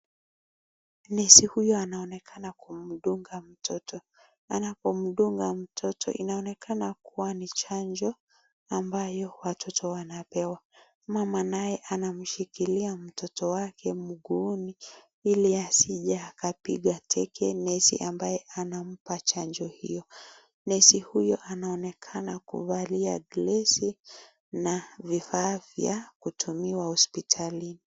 Nesi huyo anaonekana kumdunga mtoto. Anapomdunga mtoto, inaonekana kuwa ni chanjo ambayo watoto wanapewa. Mama naye anamshikilia mtoto wake mguuni, ili asije akapiga teke nesi ambaye anampa chanjo hiyo. Nesi huyo anaonekana kuvalia glesi na vifaa vya kutumiwa hospitalini.